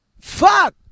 Fuck